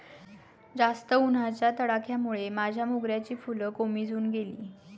जास्त उन्हाच्या तडाख्यामुळे माझ्या मोगऱ्याची फुलं कोमेजून गेली